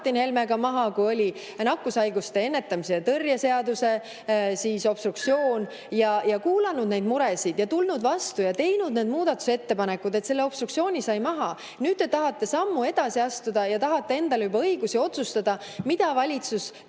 Martin Helmega maha, kui oli nakkushaiguste ennetamise ja tõrje seaduse obstruktsioon. Me oleme kuulanud neid muresid ja tulnud vastu ja teinud muudatusettepanekuid. Siis saime obstruktsiooni maha. Aga nüüd te tahate sammu edasi astuda ja tahate endale juba õigust otsustada, mida valitsus teeb